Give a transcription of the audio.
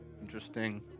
Interesting